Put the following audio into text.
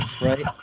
right